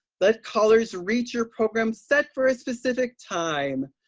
let callers reach your program set for a specific time.